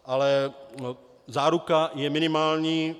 Ale záruka je minimální.